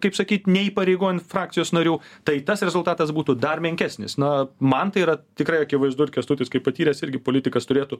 kaip sakyt neįpareigojant frakcijos narių tai tas rezultatas būtų dar menkesnis na man tai yra tikrai akivaizdu ir kęstutis kaip patyręs irgi politikas turėtų